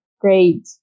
Great